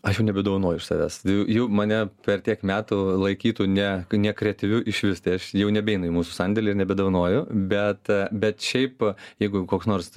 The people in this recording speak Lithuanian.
aš jau nebedovanoju iš savęs jau mane per tiek metų laikytų ne nekreatyviu išvis tai aš jau nebeinu į mūsų sandėlį ir nebedovanoju bet bet šiaip jeigu koks nors